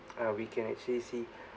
uh we can actually see